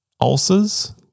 ulcers